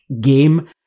game